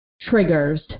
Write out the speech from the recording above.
triggers